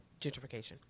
gentrification